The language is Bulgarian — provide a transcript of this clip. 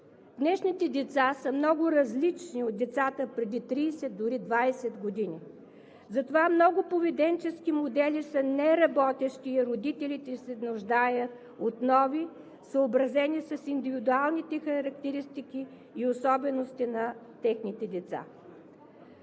Днешните деца са много различни от децата преди 30, дори 20 години, затова много поведенчески модели са неработещи и родителите се нуждаят от нови, съобразени с индивидуалните характеристики и особености на техните деца.